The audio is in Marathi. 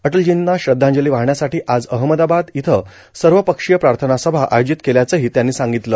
अटलर्जींना श्रद्धांजली वाहण्यासाठी आज अहमदाबद इथं सर्वपक्षीय प्रार्थना सभा आयोजित केल्याचंही त्यांनी सांगितलं